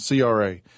CRA